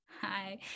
Hi